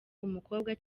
umukobwa